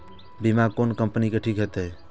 बीमा कोन कम्पनी के ठीक होते?